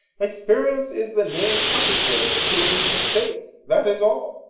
experience is the name tuppy gives to his mistakes. that is all.